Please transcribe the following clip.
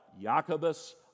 Jacobus